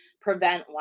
prevent